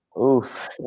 Oof